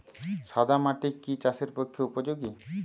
সাদা মাটি কি চাষের পক্ষে উপযোগী?